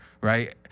right